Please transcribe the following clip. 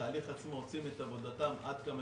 בתהליך עצמו עושים את עבודתם עד כמה